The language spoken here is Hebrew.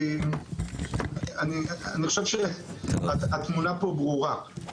אני חושב שהתמונה פה ברורה.